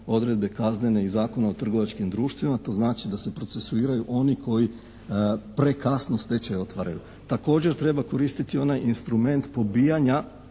odredbe kaznene iz Zakona o trgovačkim društvima a to znači da se procesuiraju oni koji prekasno stečaj otvaraju. Također treba koristiti onaj instrument pobijanja